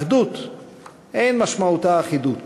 אחדות אין משמעותה אחידות.